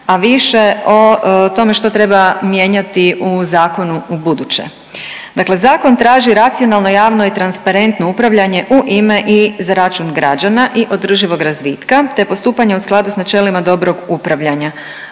a više o tome što treba mijenjati u zakonu ubuduće. Dakle zakon traži racionalno, javno i transparentno upravljanje u ime i za račun građana i održivog razvitka, te postupanje u skladu s načelima dobrog upravljanja,